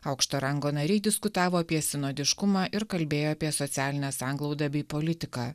aukšto rango nariai diskutavo apie sinodiškumą ir kalbėjo apie socialinę sanglaudą bei politiką